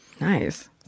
Nice